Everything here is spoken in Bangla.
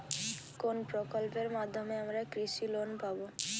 কোন প্রকল্পের মাধ্যমে আমরা কৃষি লোন পাবো?